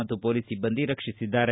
ಮತ್ತು ಪೊಲೀಸ್ ಸಿಬ್ಬಂದಿ ರಕ್ಷಿಸಿದ್ದಾರೆ